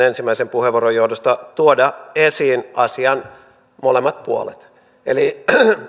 ensimmäisen puheenvuoron johdosta tuoda esiin asian molemmat puolet eli